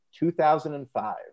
2005